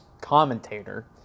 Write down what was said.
commentator